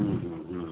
हम्म हम्म हम्म